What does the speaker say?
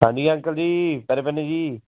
ਹਾਂਜੀ ਅੰਕਲ ਜੀ ਪੈਰੀਂ ਪੈਂਨੇ ਜੀ